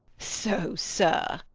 so, sir!